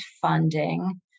funding